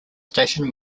station